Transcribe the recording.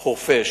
חורפיש,